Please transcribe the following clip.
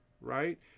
right